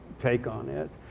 take on it.